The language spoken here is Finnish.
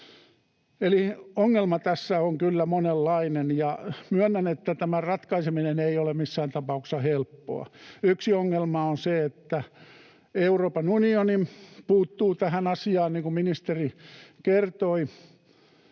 Eli ongelma tässä on kyllä monenlainen, ja myönnän, että tämän ratkaiseminen ei ole missään tapauksessa helppoa. Yksi ongelma on se, että Euroopan unioni puuttuu tähän asiaan, niin kuin ministeri kertoi.